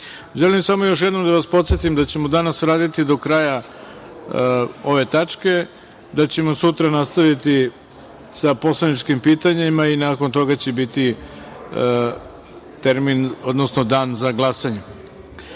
samo još jednom da vas podsetim, da ćemo danas raditi do kraja ove tačke, da ćemo sutra nastaviti sa poslaničkim pitanjima i nakon toga će biti termin, odnosno Dan za glasanje. Da